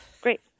great